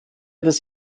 des